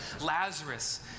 Lazarus